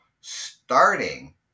starting